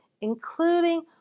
including